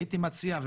הייתי מציע,